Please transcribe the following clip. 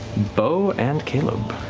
beau and caleb.